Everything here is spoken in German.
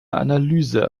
analyse